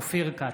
אופיר כץ,